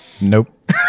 Nope